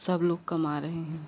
सब लोग कमा रहे हैं